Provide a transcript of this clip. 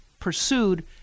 pursued